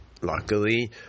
Luckily